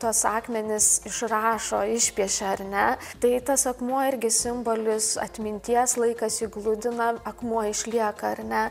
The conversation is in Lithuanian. tuos akmenis išrašo išpiešia ar ne tai tas akmuo irgi simbolis atminties laikas jį gludina akmuo išlieka ar ne